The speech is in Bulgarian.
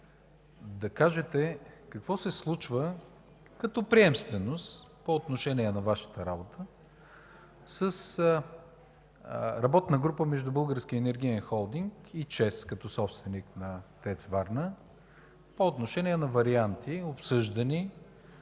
да кажете какво се случва като приемственост по отношение на Вашата работа с работна група между Българския енергиен холдинг и ЧЕЗ като собственик на ТЕЦ „Варна” по отношение на варианти, обсъждани,